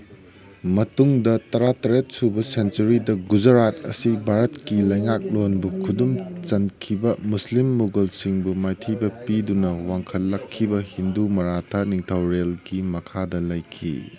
ꯃꯇꯨꯡꯗ ꯇꯔꯥ ꯇꯔꯦꯠ ꯁꯨꯕ ꯁꯦꯟꯆꯨꯔꯤꯗ ꯒꯨꯖꯔꯥꯠ ꯑꯁꯤ ꯚꯥꯔꯠꯀꯤ ꯂꯥꯉꯥꯛꯂꯣꯟꯕꯨ ꯈꯨꯗꯨꯝ ꯆꯟꯈꯤꯕ ꯃꯨꯁꯂꯤꯝ ꯃꯨꯒꯜꯁꯤꯡꯕꯨ ꯃꯥꯏꯊꯤꯕ ꯄꯤꯗꯨꯅ ꯋꯥꯡꯈꯠꯂꯛꯈꯤꯕ ꯍꯤꯟꯗꯨ ꯃꯔꯥꯊꯥ ꯅꯤꯡꯊꯧꯔꯦꯜꯒꯤ ꯃꯈꯥꯗ ꯂꯩꯈꯤ